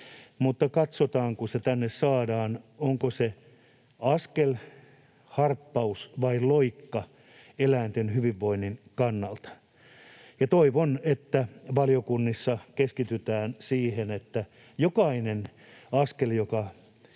mutta katsotaan, kun se tänne saadaan, onko se askel, harppaus vai loikka eläinten hyvinvoinnin kannalta. Toivon, että valiokunnissa keskitytään siihen, että jokainen askel